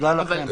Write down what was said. תודה רבה.